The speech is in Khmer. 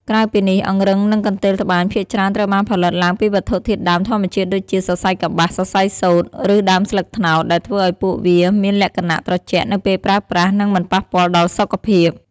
ក្រៅពីនេះ អង្រឹងនិងកន្ទេលត្បាញភាគច្រើនត្រូវបានផលិតឡើងពីវត្ថុធាតុដើមធម្មជាតិដូចជា សរសៃកប្បាស សរសៃសូត្រ ឬដើមស្លឹកត្នោត ដែលធ្វើឱ្យពួកវាមានលក្ខណៈត្រជាក់នៅពេលប្រើប្រាស់ និងមិនប៉ះពាល់ដល់សុខភាព។